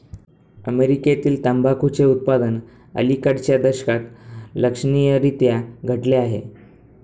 अमेरीकेतील तंबाखूचे उत्पादन अलिकडच्या दशकात लक्षणीयरीत्या घटले आहे